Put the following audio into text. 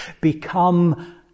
become